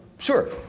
sure.